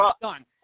done